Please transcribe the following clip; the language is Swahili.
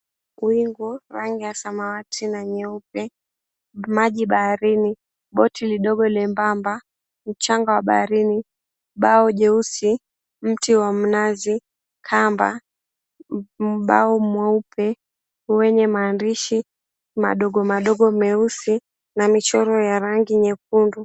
Wingu, rangi ya samawati na nyeupe, maji baharini, boti lidogo lembamba, mchanga wa baharini, bao jeusi, mti wa mnazi, kamba, mbao mweupe wenye maandisho madogo meusi na michoro ya rangi nyekundu.